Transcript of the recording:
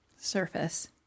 Surface